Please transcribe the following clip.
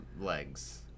legs